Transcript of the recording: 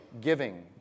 giving